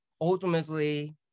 ultimately